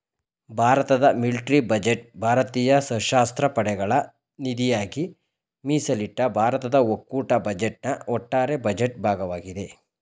ಭಾರತದ military budget ಭಾರತೀಯ ಸಶಸ್ತ್ರ ಪಡೆಗಳ ನಿಧಿಗಾಗಿ ಮೀಸಲಿಟ್ಟ ಭಾರತದ ಒಕ್ಕೂಟ ಬಜೆಟ್ನ ಒಟ್ಟಾರೆ ಬಜೆಟ್ ಭಾಗವಾಗಿದೆ